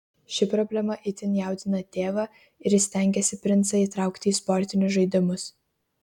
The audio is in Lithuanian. ši problema itin jaudina tėvą ir jis stengiasi princą įtraukti į sportinius žaidimus